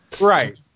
Right